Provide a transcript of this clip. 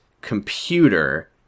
computer